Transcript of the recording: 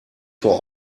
vor